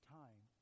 time